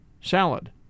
salad